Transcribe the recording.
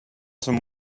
some